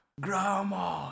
Grandma